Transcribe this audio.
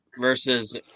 versus